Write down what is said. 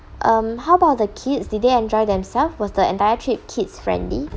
um how about the kids did they enjoy themselves was the entire trip kids friendly